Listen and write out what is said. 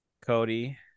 Cody